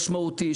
משמעותי,